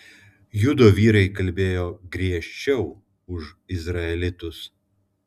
judo vyrai kalbėjo griežčiau už izraelitus